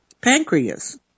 pancreas